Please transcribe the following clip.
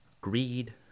greed